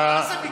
המחאה זה איראן?